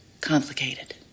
Complicated